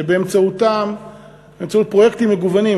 שבאמצעות פרויקטים מגוונים,